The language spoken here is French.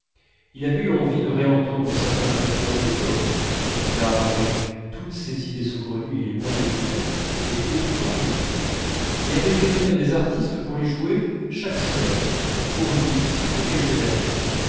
il avait eu envie de réentendre certains quatuors de beethoven car avec toutes ses idées saugrenues il est loin d'être bête et est fort doué et avait fait venir des artistes pour les jouer chaque semaine pour lui et quelques amis